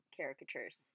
Caricatures